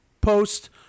post